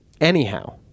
Anyhow